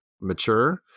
mature